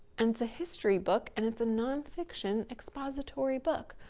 and it's a history book and it's a non-fiction expository book.